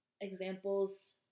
examples